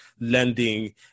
Lending